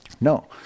No